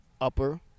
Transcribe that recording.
upper